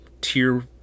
Tier